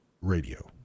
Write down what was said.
Radio